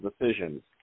decisions